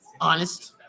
honest